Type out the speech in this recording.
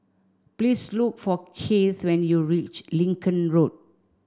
please look for Kieth when you reach Lincoln Road